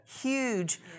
huge